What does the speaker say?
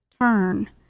turn